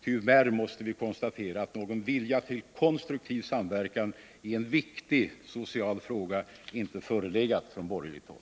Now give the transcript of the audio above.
Tyvärr måste vi konstatera att någon vilja till konstruktiv samverkan i denna viktiga sociala fråga inte har förelegat på borgerligt håll.